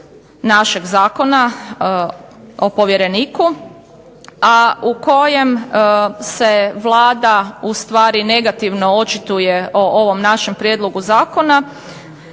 našeg zakona o povjereniku, a u kojem se Vlada u stvari negativno očituje o ovom našem prijedlogu zakona